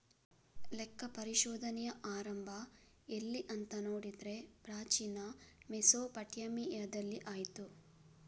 ಲೆಕ್ಕ ಪರಿಶೋಧನೆಯ ಆರಂಭ ಎಲ್ಲಿ ಅಂತ ನೋಡಿದ್ರೆ ಪ್ರಾಚೀನ ಮೆಸೊಪಟ್ಯಾಮಿಯಾದಲ್ಲಿ ಆಯ್ತು